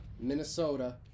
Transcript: Minnesota